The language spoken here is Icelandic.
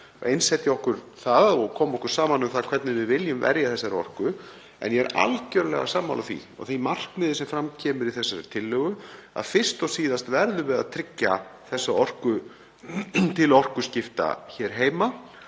einsetja okkur það og koma okkur saman um hvernig við viljum verja þessari orku. En ég er algjörlega sammála því, og því markmiði sem fram kemur í þessari tillögu, að fyrst og síðast verðum við að tryggja þessa orku til orkuskipta hér heima